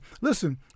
listen